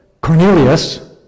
Cornelius